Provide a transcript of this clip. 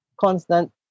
constant